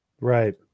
Right